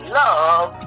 love